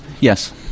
yes